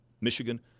Michigan